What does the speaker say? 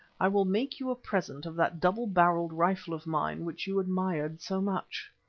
i will make you a present of that double-barrelled rifle of mine which you admired so much.